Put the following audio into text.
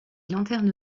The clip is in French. lanterne